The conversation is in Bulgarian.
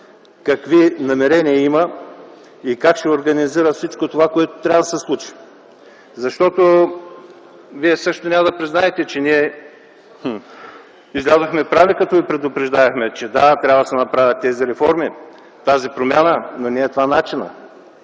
какви намерения има и как ще организира всичко това, което трябва да се случи. Вие също няма да признаете, че ние излязохме прави като Ви предупреждавахме, че да, трябва да се направят тези реформи, тази промяна, но не е това начинът.